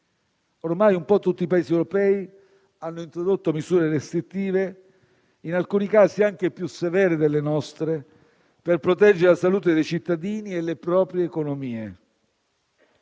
Ormai un po' tutti i Paesi europei hanno introdotto misure restrittive, in alcuni casi anche più severe delle nostre, per proteggere la salute dei cittadini e le proprie economie.